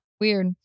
Weird